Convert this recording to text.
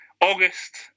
August